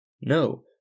No